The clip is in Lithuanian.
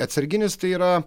atsarginis tai yra